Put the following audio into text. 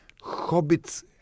Hobbits